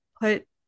put